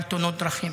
דרכים.